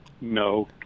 no